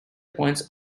points